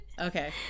Okay